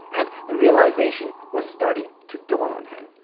and the realization was starting to dawn on him.